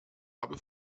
habe